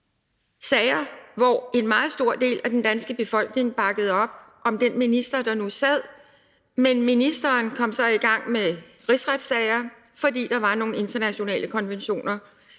sager, hvor en meget stor del af den danske befolkning bakker op om den minister, der sad, men ministrene ryger så ud i en rigsretssag, fordi der er nogle internationale konventioner.